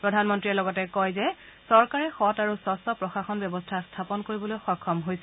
প্ৰধানমন্ত্ৰীয়ে লগতে কয় যে চৰকাৰে সং আৰু স্বছ্ প্ৰশাসন ব্যৱস্থা স্থাপন কৰিবলৈ সক্ষম হৈছে